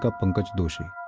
ah pankaj doshi.